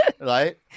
Right